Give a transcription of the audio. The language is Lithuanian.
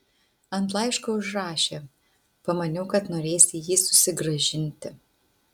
ant laiško užrašė pamaniau kad norėsi jį susigrąžinti